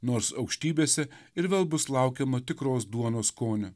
nors aukštybėse ir vėl bus laukiama tikros duonos skonio